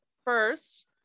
First